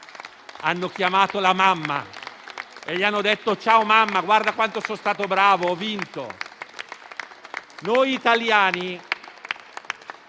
Hanno chiamato la mamma e le hanno detto: ciao mamma, guarda quanto sono stato bravo. Ho vinto. Noi italiani